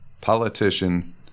politician